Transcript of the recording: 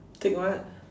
tick what